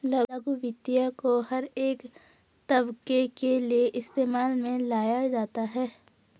लघु वित्त को हर एक तबके के लिये इस्तेमाल में लाया जाता है